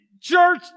Church